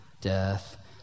Death